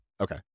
Okay